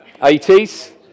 80s